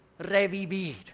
revivir